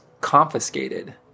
confiscated